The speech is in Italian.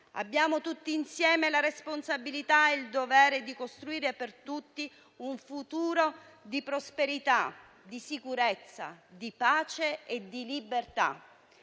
abbiamo la responsabilità e il dovere di costruire per tutti un futuro di prosperità, di sicurezza, di pace e di libertà.